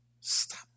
Stop